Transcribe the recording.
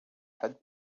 had